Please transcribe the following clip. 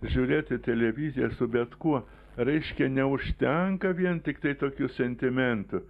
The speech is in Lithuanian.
žiūrėti televiziją su bet kuo reiškia neužtenka vien tiktai tokių sentimentų